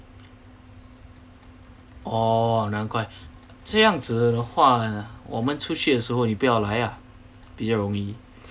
哦难怪这样子的话呢我们出去的时候你不要来啊比较容易